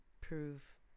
prove